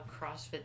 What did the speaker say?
CrossFit